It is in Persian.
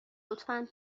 لطفا